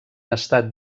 estat